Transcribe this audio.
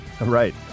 right